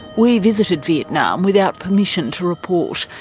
we visited vietnam without permission to report,